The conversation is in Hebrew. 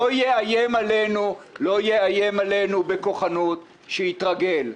שאיש לא יאיים עלינו בכוחנות, שיתרגל.